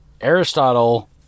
Aristotle